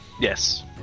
yes